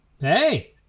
Hey